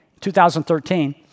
2013